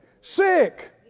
sick